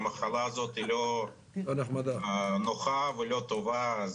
המחלה הזאת לא נוחה ולא טובה.